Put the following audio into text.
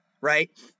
right